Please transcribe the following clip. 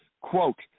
quote